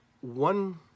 one